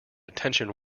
attention